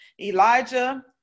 Elijah